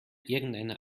irgendeiner